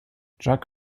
jack